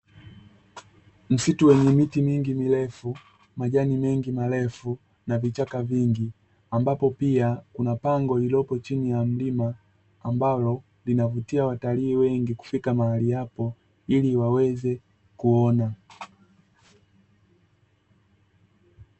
Msitu wenye miti mingi mirefu, majani mengi marefu, na vichaka vingi ambapo pia kuna pango lililopo chini ya mlima, ambalo linavutia watalii wengi kufika mahali hapo ili waweze kuona.